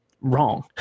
wrong